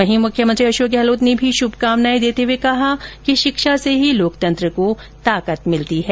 वहीं मुख्यमंत्री अशोक गहलोत ने भी शभकामनाएं देते हए कहा कि शिक्षा से ही लोकतंत्र को ताकत मिलती है